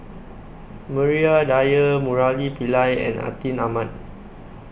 Maria Dyer Murali Pillai and Atin Amat